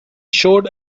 showed